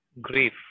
grief